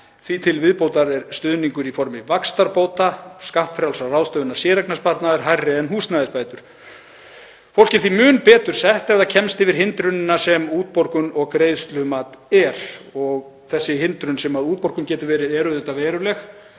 Því til viðbótar er stuðningur í formi vaxtabóta og skattfrjálsrar ráðstöfunar séreignarsparnaðar hærri en húsnæðisbætur. Fólk er því mun betur sett ef það kemst yfir hindrunina sem útborgun og greiðslumat er. Og sú hindrun sem útborgun getur verið er auðvitað veruleg,